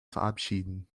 verabschieden